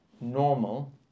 normal